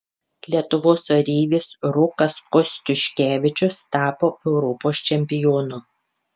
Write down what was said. lietuvos oreivis rokas kostiuškevičius tapo europos čempionu